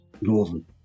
Northern